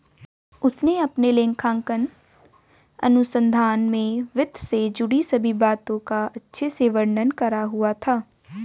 उसने अपने लेखांकन अनुसंधान में वित्त से जुड़ी सभी बातों का अच्छे से वर्णन करा हुआ था